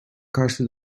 karşı